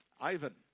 Ivan